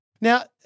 Now